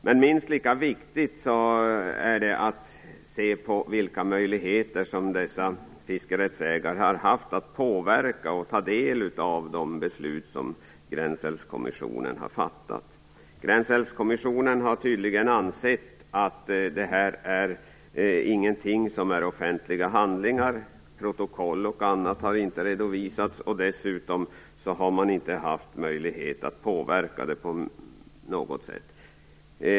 Men minst lika viktigt är det att se på vilka möjligheter dessa fiskerättsägare har haft att påverka och ta del av de beslut om Gränsälvskommissionen har fattat. Gränsälvskommissionen har tydligen ansett att handlingarna i detta ärende inte är offentliga. Protokoll och annat har inte redovisats, och dessutom har man inte haft möjlighet att påverka detta på något sätt.